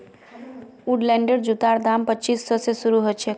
वुडलैंडेर जूतार दाम पच्चीस सौ स शुरू ह छेक